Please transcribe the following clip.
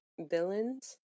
villains